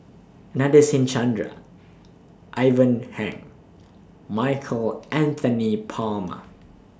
Nadasen Chandra Ivan Heng Michael Anthony Palmer